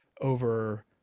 over